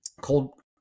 Cold